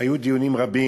היו דיונים רבים.